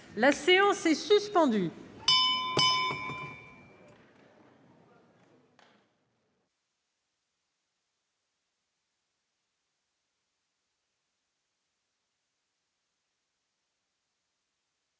La séance est suspendue.